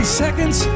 seconds